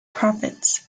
prophets